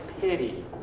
pity